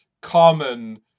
common